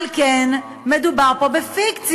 על כן מדובר פה בפיקציה,